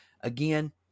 Again